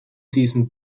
diesen